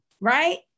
right